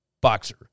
boxer